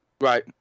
Right